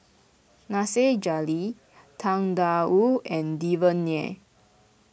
Nasir Jalil Tang Da Wu and Devan Nair